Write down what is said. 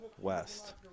West